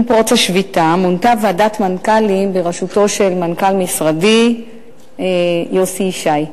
עם פרוץ השביתה מונתה ועדת מנכ"לים בראשותו של מנכ"ל משרדי יוסי ישי.